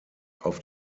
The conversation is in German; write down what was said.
auf